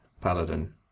paladin